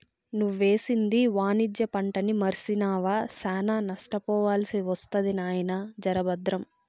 నువ్వేసింది వాణిజ్య పంటని మర్సినావా, శానా నష్టపోవాల్సి ఒస్తది నాయినా, జర బద్రం